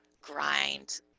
grind